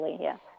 yes